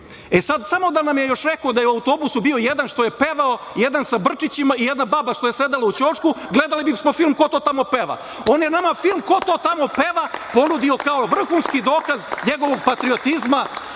E, sada samo da nam je još rekao da je u autobusu bio jedan što je pevao, jedan sa brčićima i jedna baba što je sedela u ćošku, gledali bismo film „Ko to tamo peva“. On je nama film „Ko to tamo peva“ ponudio kao vrhunski dokaz njegovog patriotizma,